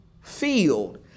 field